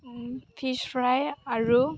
fish fry আৰু